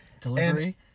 Delivery